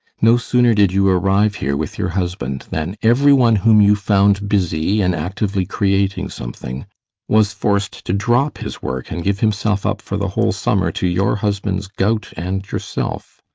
no sooner did you arrive here with your husband than every one whom you found busy and actively creating something was forced to drop his work and give himself up for the whole summer to your husband's gout and yourself.